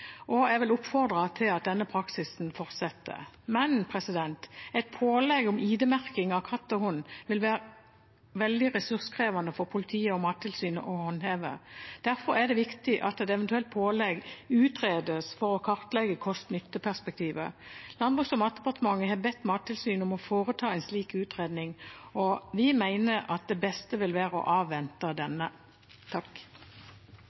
og jeg vil oppfordre til at denne praksisen fortsetter. Et pålegg om ID-merking av katt og hund vil være veldig ressurskrevende for politiet og Mattilsynet å håndheve. Derfor er det viktig at et eventuelt pålegg utredes for å kartlegge kost–nytte-perspektivet. Landbruks- og matdepartementet har bedt Mattilsynet om å foreta en slik utredning. Vi mener at det beste vil være å avvente